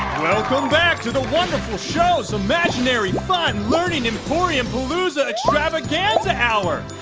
welcome back to the wonderful show's imaginary fun learning emporium-palooza extravaganza hour,